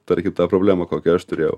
tarkim tą problemą kokia aš turėjau